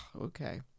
okay